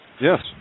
Yes